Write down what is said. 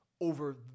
over